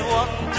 one